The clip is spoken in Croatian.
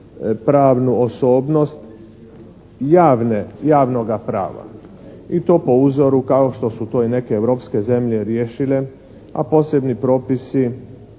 pravnu osobnost javnoga prava i to po uzoru kao što su to i neke europske zemlje riješile, a posebni propisi